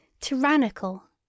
tyrannical